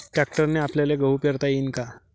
ट्रॅक्टरने आपल्याले गहू पेरता येईन का?